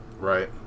right